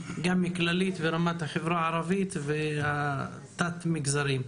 כללית ברמת החברה הערבית ובתת המגזרים.